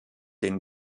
den